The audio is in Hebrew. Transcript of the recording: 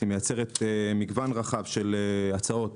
היא מייצרת מגוון רחב של הצעות